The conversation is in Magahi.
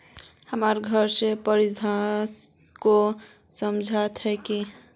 हमर घर के परिस्थिति के समझता है की?